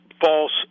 false